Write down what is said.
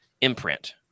imprint